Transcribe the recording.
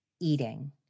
eating